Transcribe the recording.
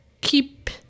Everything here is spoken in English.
keep